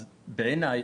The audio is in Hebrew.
אז בעיניי,